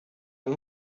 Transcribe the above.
and